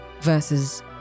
versus